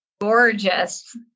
gorgeous